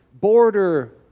border